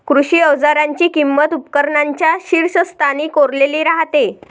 कृषी अवजारांची किंमत उपकरणांच्या शीर्षस्थानी कोरलेली राहते